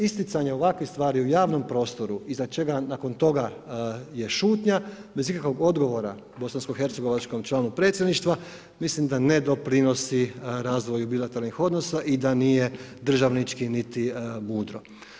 Isticanje ovakvih stvari u javnom prostoru iza čega nakon toga je šutnja, bez ikakvog odgovora bosanskohercegovačkom članu predsjedništva, mislim da ne doprinosi razvoju bilateralnih odnosa i da nije državnički niti mudro.